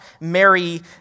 Mary